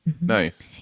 nice